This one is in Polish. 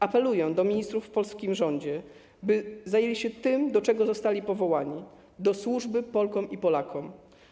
Apeluję do ministrów w polskim rządzie, by zajęli się tym, do czego zostali powołani, do służby Polkom i Polakom.